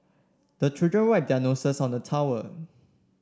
the children wipe their noses on the towel